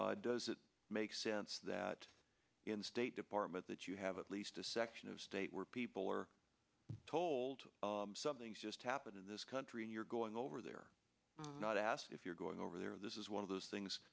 does it make sense that in the state department that you have at least a section of state where people are told some things just happen in this country and you're going over there not to ask if you're going over there this is one of those things